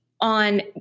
on